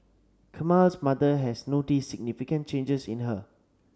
Camille's mother has noticed significant changes in her